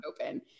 open